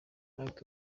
mark